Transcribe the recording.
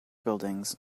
buildings